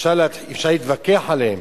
אפשר להתווכח עליהם,